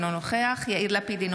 אינו נוכח יאיר לפיד,